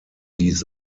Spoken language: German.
dies